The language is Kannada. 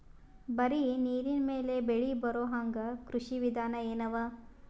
ಬರೀ ನೀರಿನ ಮೇಲೆ ಬೆಳಿ ಬರೊಹಂಗ ಕೃಷಿ ವಿಧಾನ ಎನವ?